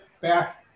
back